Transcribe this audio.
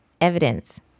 evidence